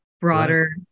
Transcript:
broader